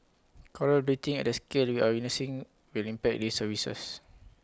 Coral bleaching at the scale we are witnessing will impact these services